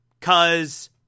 Cause